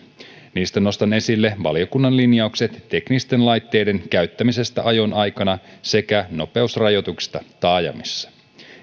niistä nostan esille valiokunnan linjaukset teknisten laitteiden käyttämisestä ajon aikana sekä nopeusrajoituksista taajamissa